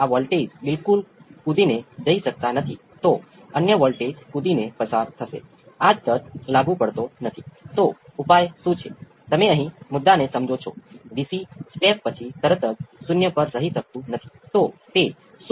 તેથી આ R C સર્કિટનો રિસ્પોન્સ છે જ્યારે તેને કોઈ ઇનપુટ આપવામાં આવતું નથી આ હંમેશા મળશે